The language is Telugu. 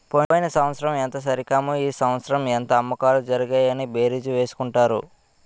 పోయిన సంవత్సరం ఎంత సరికన్నాము ఈ సంవత్సరం ఎంత అమ్మకాలు జరిగాయి అని బేరీజు వేసుకుంటారు